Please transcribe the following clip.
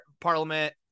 Parliament